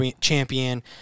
champion